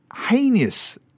heinous